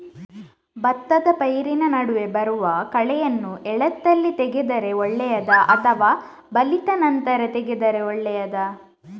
ಭತ್ತದ ಪೈರಿನ ನಡುವೆ ಬರುವ ಕಳೆಯನ್ನು ಎಳತ್ತಲ್ಲಿ ತೆಗೆದರೆ ಒಳ್ಳೆಯದಾ ಅಥವಾ ಬಲಿತ ನಂತರ ತೆಗೆದರೆ ಒಳ್ಳೆಯದಾ?